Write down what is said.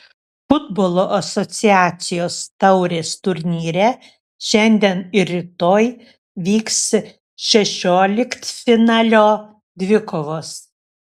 futbolo asociacijos taurės turnyre šiandien ir rytoj vyks šešioliktfinalio dvikovos